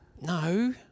No